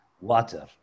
water